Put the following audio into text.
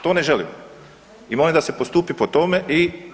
To ne želim i molim da se postupi po tome i…